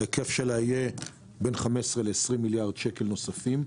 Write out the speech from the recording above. ההיקף שלה יהיה בין 15 ל-20 מיליארד שקלים נוספים,